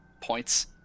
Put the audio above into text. points